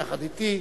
יחד אתי,